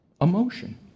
emotion